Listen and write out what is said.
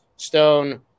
stone